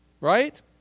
Right